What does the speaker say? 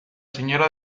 señora